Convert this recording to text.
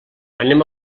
anem